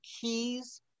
keys